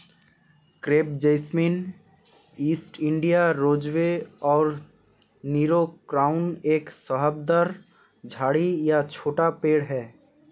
crepe jasmine, East India rosebay और Nero crown एक सदाबहार झाड़ी या छोटा पेड़ है